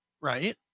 right